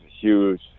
huge